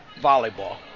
volleyball